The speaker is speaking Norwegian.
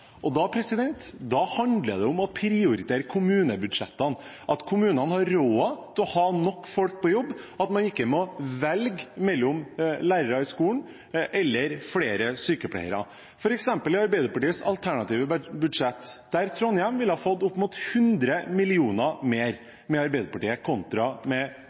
omsorgsplasser. Da handler det om å prioritere i kommunebudsjettene, at kommunene har råd til å ha nok folk på jobb, og at man ikke må velge mellom lærerhøyskolen og flere sykepleiere. I Arbeiderpartiets alternative budsjett, f.eks., ville Trondheim fått 100 mill. kr mer enn med dagens Høyre–Fremskrittsparti-regjering. Nå skal Kristelig Folkeparti og Venstre ha